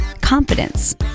confidence